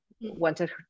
wanted